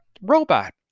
robot